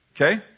Okay